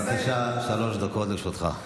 בבקשה, שלוש דקות לרשותך.